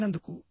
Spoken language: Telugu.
కొట్టినందుకు